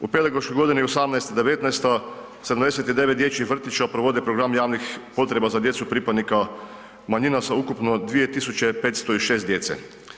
U pedagoškoj godini 2018.-2019. 79 dječjih vrtića provode program javnih potreba za djecu pripadnika manjina za ukupno 2.506 djece.